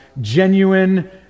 genuine